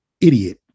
idiot